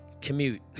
commute